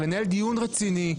לנהל דיון רציני,